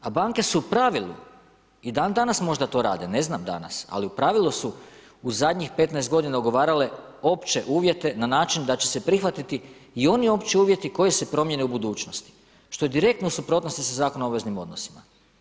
A banke su u pravilu i dan danas možda to rade, ne znam danas ali u pravilu su u zadnjih 15 godina ugovarale opće uvjete na način da će se prihvatiti i oni opći uvjeti koji se promijene u budućnosti što je direktno u suprotnosti sa Zakonom o obveznim odnosima.